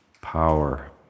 power